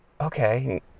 okay